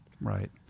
Right